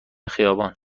خیابان